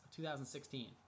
2016